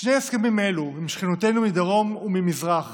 שני הסכמים אלו עם שכנותינו מדרום וממזרח